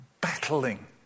battling